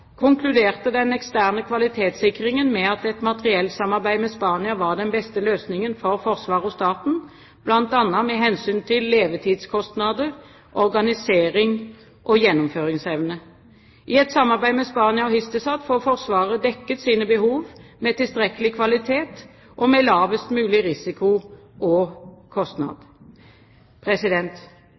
konkluderte den eksterne kvalitetssikringen med at et materiellsamarbeid med Spania var den beste løsningen for Forsvaret og staten, bl.a. med hensyn til levetidskostnader, organisering og gjennomføringsevne. I et samarbeid med Spania og Hisdesat får Forsvaret dekket sine behov med tilstrekkelig kvalitet, og med lavest mulig risiko og kostnad.